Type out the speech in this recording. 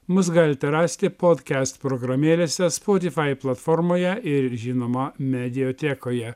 mus galite rasti podkest programėlėse spotifai platformoje ir žinoma mediatekoje